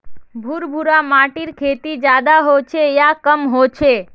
भुर भुरा माटिर खेती ज्यादा होचे या कम होचए?